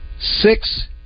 Six